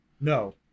No